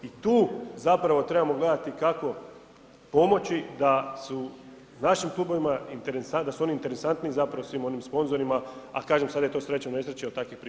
U tu zapravo trebamo gledati kako pomoći da su našim klubovima, da su oni interesantni zapravo svim onima sponzorima, a kažem sada je to sreća u nesreći jer prihoda oni